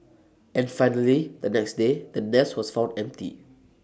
and finally the next day the nest was found empty